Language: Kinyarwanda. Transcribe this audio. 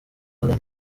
alain